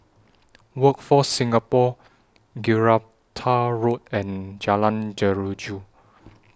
Workforce Singapore Gibraltar Road and Jalan Jeruju